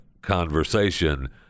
conversation